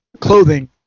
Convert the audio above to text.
Clothing